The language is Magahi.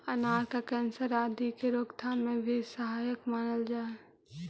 अनार को कैंसर आदि के रोकथाम में भी सहायक मानल जा हई